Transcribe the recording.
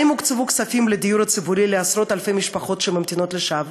האם הוקצבו כספים לדיור הציבורי לעשרות-אלפי משפחות שממתינות לשווא?